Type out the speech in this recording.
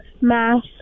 Math